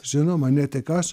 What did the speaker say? žinoma ne tik aš